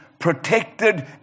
protected